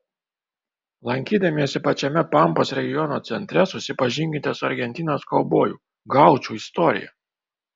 lankydamiesi pačiame pampos regiono centre susipažinkite su argentinos kaubojų gaučų istorija